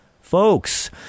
folks